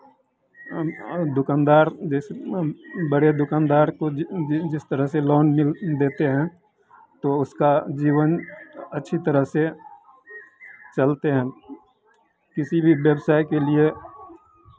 दुकानदार जैसे बड़े दुकानदार को जिस तरह से लोन मिल देते हैं तो उसका जीवन अच्छी तरह से चलते हैं किसी भी व्यवसाय के लिए